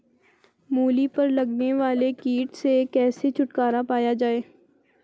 मूली पर लगने वाले कीट से कैसे छुटकारा पाया जाये?